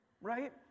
right